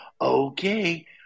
okay